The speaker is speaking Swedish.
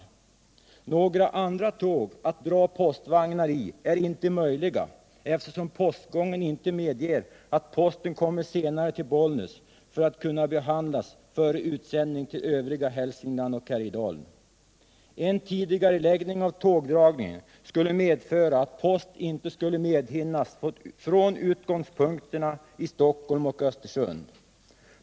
Det är inte möjligt att dra postvagnar i några andra tåg, eftersom postgången inte medger au posten kommer senare till Bollnäs, där den 55 behandlas före utsändning till övriga Hälsingland och Härjedalen. En tidigareläggning av tågdragningen skulle medföra att post inte skulle hinna tas med från utgångspunkterna Stockholm och Östersund.